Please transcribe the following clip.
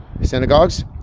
Synagogues